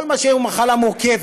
כל מה שהוא מחלה מורכבת,